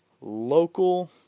local